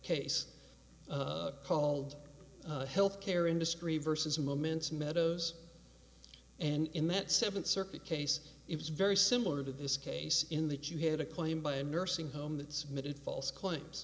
case called health care industry versus moments meadows and in that seventh circuit case it was very similar to this case in that you had a claim by a nursing home that submitted false claims